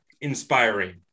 inspiring